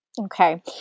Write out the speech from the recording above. Okay